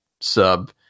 sub